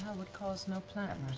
would cause no plant